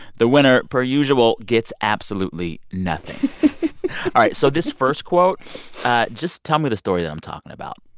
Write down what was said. the winner, per usual, gets absolutely nothing all right, so this first quote just tell me the story that i'm talking about.